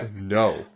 No